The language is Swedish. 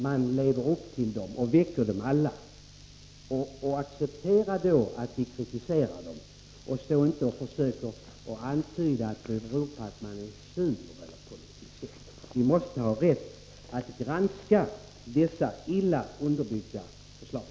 Socialdemokraterna lägger fram dem alla. Men acceptera då att vi kritiserar dem och försök inte antyda att vår kritik beror på att vi är sura! Vi måste ha rätt att granska dessa illa underbyggda förslag.